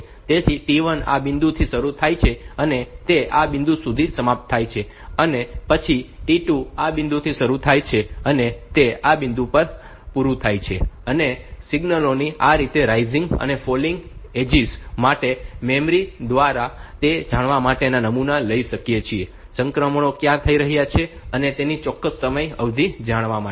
તેથી T1 આ બિંદુથી શરૂ થાય છે અને તે આ બિંદુએ સમાપ્ત થાય છે અને પછી T 2 આ બિંદુથી શરૂ થાય છે અને તે આ બિંદુ પર લક્ષ્ય રાખે છે અને સિગ્નલો ની આ રાઇઝિંગ અને ફોલિંગ એજીસ માટે મેમરી દ્વારા એ જાણવા માટે નમૂના લઈ શકાય છે કે સંક્રમણો ક્યાં થઈ રહ્યાં છે અને તેની ચોક્કસ સમય અવધિ જાણવા માટે